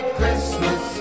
Christmas